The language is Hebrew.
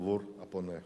עבור הפונה.